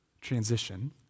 transition